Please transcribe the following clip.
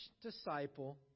disciple